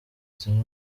zimwe